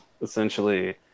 essentially